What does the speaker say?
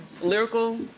lyrical